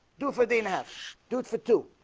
do for the in half do it for to?